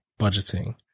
budgeting